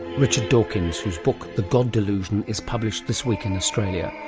richard dawkins, whose book the god delusion is published this week in australia.